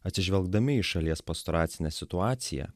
atsižvelgdami į šalies pastoracinę situaciją